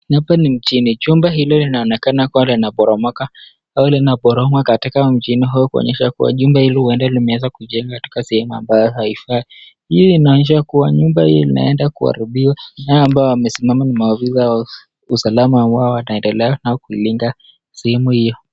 Hapa ni mjini. Jumba hilo linaonekana kuwa linaporomoka au linaporomoka katika mjini huu kuonyesha kuwa jumba hilo huenda limeweza kujengwa katika sehemu ambayo haifai. Hii inaonyesha kuwa nyumba hii inaenda kuharibiwa. Hao ambao wamesimama ni maofisa wa usalama. Wao wataendelea na kulinda sehemu hiyo.